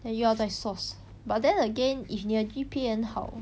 then 又要再 source but then again if 你的 G_P_A 很好